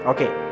Okay